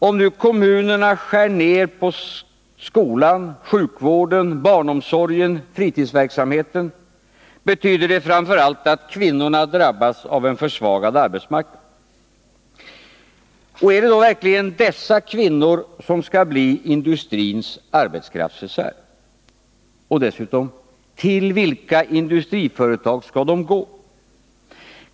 Om nu kommunerna skär ner på skolan, sjukvården, barnomsorgen, fritidsverksamheten, så betyder det framför allt att kvinnorna drabbas av en försvagad arbetsmarknad. Är det då verkligen dessa kvinnor som skall bli industrins arbetskraftsreserv? Och dessutom: Till vilka industriföretag skall de gå?